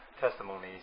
testimonies